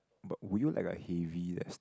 but would you like a heavy